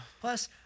Plus